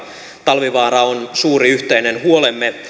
talvivaara on suuri yhteinen huolemme